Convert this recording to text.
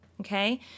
okay